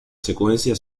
secuencia